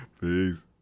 peace